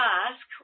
ask